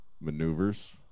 maneuvers